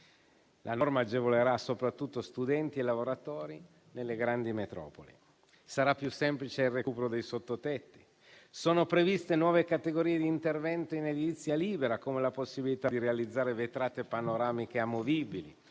La norma agevolerà soprattutto studenti e lavoratori nelle grandi metropoli. Sarà più semplice il recupero dei sottotetti. Sono previste nuove categorie di interventi in edilizia libera, come la possibilità di realizzare vetrate panoramiche amovibili